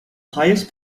highest